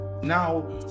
now